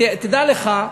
תדע לך,